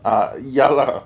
ah ya lah